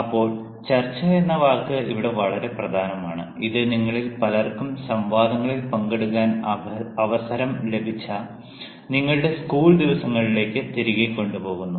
അപ്പോൾ ചർച്ച എന്ന വാക്ക് ഇവിടെ വളരെ പ്രധാനമാണ് ഇത് നിങ്ങളിൽ പലർക്കും സംവാദങ്ങളിൽ പങ്കെടുക്കാൻ അവസരം ലഭിച്ച നിങ്ങളുടെ സ്കൂൾ ദിവസങ്ങളിലേക്ക് തിരികെ കൊണ്ടുപോകുന്നു